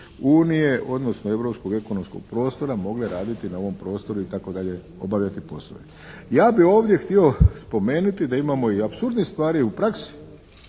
unije, odnosno europskog ekonomskog prostora mogle raditi na ovom prostoru itd. obavljati poslove. Ja bih ovdje htio spomenuti da imamo i apsurdnih stvari u praksi